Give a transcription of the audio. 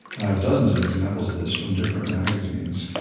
and i have dozens of examples of this from different magazines,